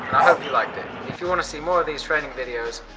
i hope you liked it! if you want to see more of these training videos,